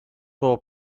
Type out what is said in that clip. było